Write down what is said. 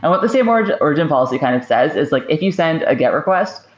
and what the same origin origin policy kind of says is like if you send a get request,